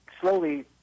slowly